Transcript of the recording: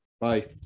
bye